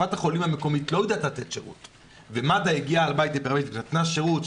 שקופת החולים המקומית לא יודעת לתת שירות ומד"א הגיע לבית ונתן שירות,